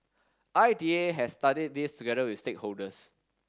I D A has studied this together with stakeholders